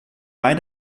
bei